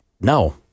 No